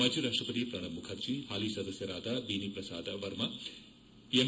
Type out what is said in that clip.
ಮಾಜಿ ರಾಷ್ಟಪತಿ ಶ್ರಣಬ್ ಮುಖರ್ಜಿ ಹಾಲಿ ಸದಸ್ಯರಾದ ಬೇನಿ ಪ್ರಸಾದ್ ವರ್ಮಾ ಎಂ